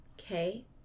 Okay